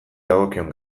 dagokion